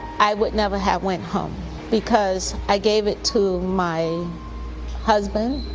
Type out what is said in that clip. i would never have went home because i gave it to my husband,